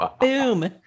Boom